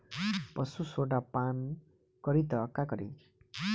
पशु सोडा पान करी त का करी?